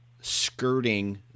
skirting